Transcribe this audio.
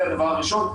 זה הדבר הראשון.